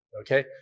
okay